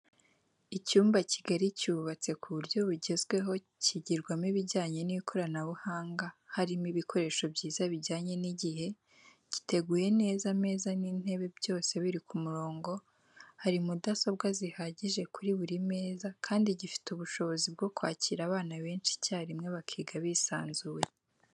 Icyumba kigari cyubatse ku buryo bugezweho kigirwamo ibijyanye n'ikoranabuhanga harimo ibikoresho byiza bijyanye n'igihe, giteguye neza ameza n'intebe byose biri ku murongo, hari mudasobwa zihagije kuri buri meza kandi gifite ubushobozi bwo kwakira abana benshi icyarimwe bakiga bisanzuye.